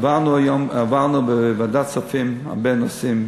עברנו בוועדת כספים הרבה נושאים